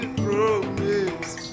promise